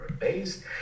based